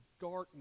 darkness